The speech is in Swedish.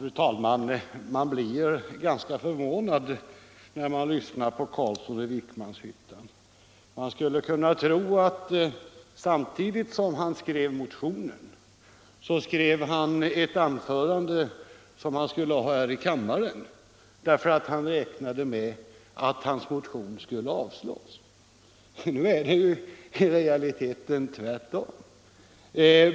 Fru talman! Man blir ganska förvånad när man lyssnar på herr Carlsson i Vikmanshyttan. Man skulle kunna tro att han samtidigt som han skrev motionen skrev ett anförande som han skulle hålla i kammaren, för han räknade med att hans motion skulle avstyrkas. Nu är det i realiteten tvärtom.